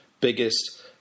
biggest